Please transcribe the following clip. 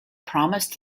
promised